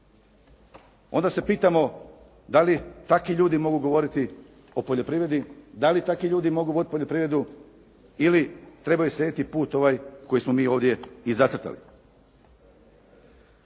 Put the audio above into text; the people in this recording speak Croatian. Onda se pitamo da li takvi ljudi mogu govoriti o poljoprivredi, da li takvi ljudi mogu vodit poljoprivredu ili trebaju slijediti put ovaj koji smo mi ovdje i zacrtali.